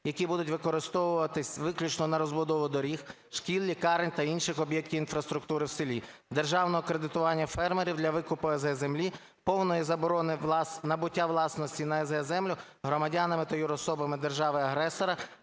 які будуть використовуватися виключно на розбудову доріг, шкіл, лікарень та інших об'єктів інфраструктури в селі. Державного кредитування фермерів для викупу землі повної заборони набуття власності на землю громадянами та юрособами держави-агресора,